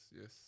yes